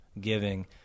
giving